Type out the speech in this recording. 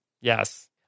Yes